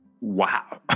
wow